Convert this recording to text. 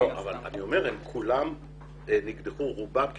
לא, אבל אני אומר שכולם נקדחו, רובם ככולם,